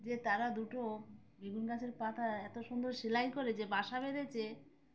যে তারা দুটো বেগুন গাছের পাতা এত সুন্দর সেলাই করেছে বাসা বেঁধেছে